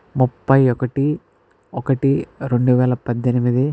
ముప్పైయొకటి ఒకటి రెండు వేల పద్దెనిమిది